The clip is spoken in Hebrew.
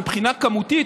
מבחינה כמותית,